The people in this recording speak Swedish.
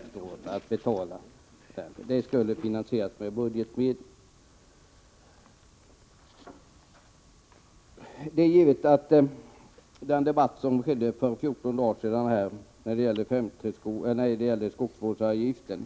Finansieringen skulle ju ske via budgetmedel. I den debatt som fördes här för 14 dagar sedan om skogsvårdsavgifterna